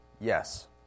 yes